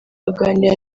aganira